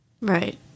Right